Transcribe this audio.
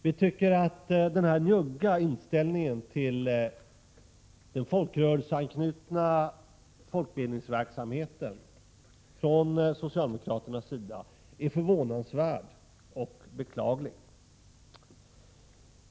Vi tycker att denna njugga inställning till den folkrörelseanknutna folkbildningsverksamheten från socialdemokraternas sida är förvånansvärd och beklaglig.